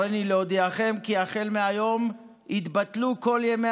הריני להודיעכם כי החל מהיום יתבטלו כל ימי